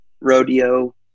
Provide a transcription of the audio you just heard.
rodeo